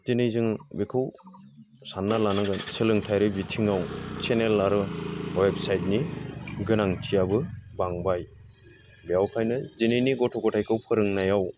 दिनै जों बेखौ सानना लानांगोन सोलोंथायारि बिथिङाव चेनेल आरो वेबसाइटनि गोनांथियाबो बांबाय बेखायनो दिनैनि गथ' गथायखौ फोरोंनायाव